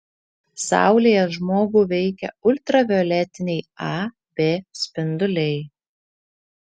saulėje žmogų veikia ultravioletiniai a b spinduliai